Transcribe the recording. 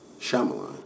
Shyamalan